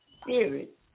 spirit